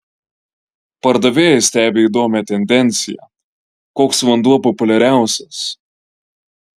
pardavėjai stebi įdomią tendenciją koks vanduo populiariausias